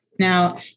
Now